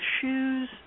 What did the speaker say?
shoes